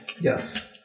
Yes